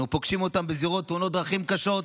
אנו פוגשים אותם בזירות תאונות דרכים קשות,